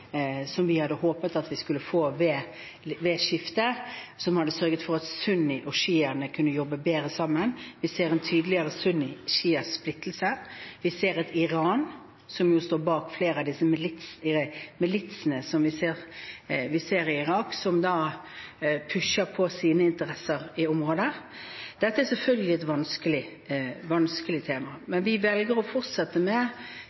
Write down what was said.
som vi hadde håpet at vi skulle få ved skiftet, noe som hadde kunnet sørge for at sunniene og sjiaene kunne jobbe bedre sammen. Vi ser en tydeligere sunni–sjia-splittelse. Vi ser et Iran, som jo står bak flere av disse militsene som vi ser i Irak, som pusher på sine interesser i området. Dette er selvfølgelig et vanskelig tema. Vi velger å fortsette med